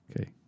Okay